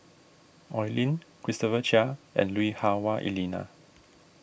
Oi Lin Christopher Chia and Lui Hah Wah Elena